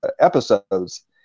episodes